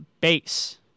base